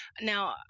Now